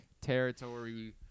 territory